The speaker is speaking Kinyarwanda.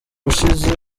ushize